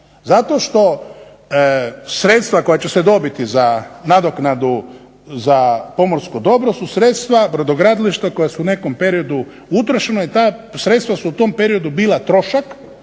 Zato što sredstava koja će se dobiti za nadoknadu za pomorska dobra su sredstva brodogradilišta koja su u nekom periodu u trošena i ta sredstva su u tom periodu bila trošak